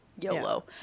YOLO